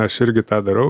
aš irgi tą darau